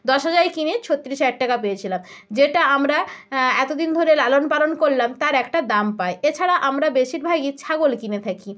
দশ হাজারে কিনে ছত্রিশ হাজার টাকা পেয়েছিলাম যেটা আমরা এত দিন ধরে লালন পালন করলাম তার একটা দাম পাই এছাড়া আমরা বেশিরভাগই ছাগল কিনে থাকি